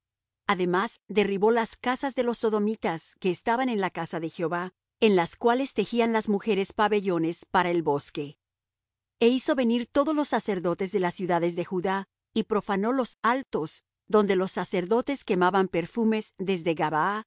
además derribó las casas de los sodomitas que estaban en la casa de jehová en las cuales tejían las mujeres pabellones para el bosque e hizo venir todos los sacerdotes de las ciudades de judá y profanó los altos donde los sacerdotes quemaban perfumes desde gabaa